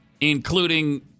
including